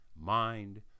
mind